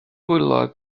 pwyntiau